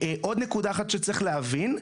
עוד נקודה אחת שצריך להבין,